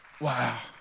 Wow